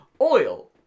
Oil